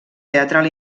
teatral